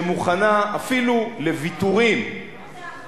שמוכנה אפילו לוויתורים, מה זה אחראית.